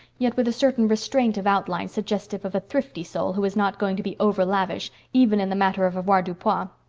yet with a certain restraint of outline suggestive of a thrifty soul who is not going to be overlavish even in the matter of avoirdupois.